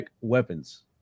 Weapons